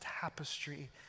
tapestry